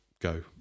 go